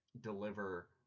deliver